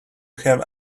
have